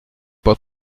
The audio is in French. pas